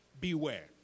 beware